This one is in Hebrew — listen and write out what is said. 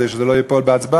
כדי שזה לא ייפול בהצבעה,